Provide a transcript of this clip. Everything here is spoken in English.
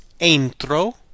Entro